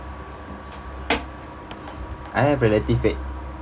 I have relative at